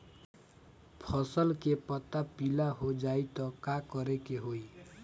फसल के पत्ता पीला हो जाई त का करेके होई?